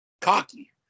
cocky